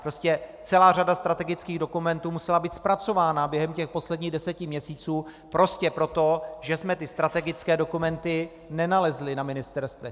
Prostě celá řada strategických dokumentů musela být zpracována během posledních deseti měsíců prostě proto, že jsme strategické dokumenty nenalezli na ministerstvech.